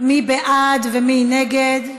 מי בעד ומי נגד?